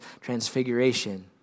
Transfiguration